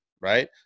right